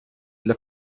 для